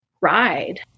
ride